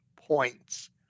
points